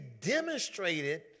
demonstrated